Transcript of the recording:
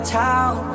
town